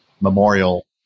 memorial